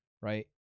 right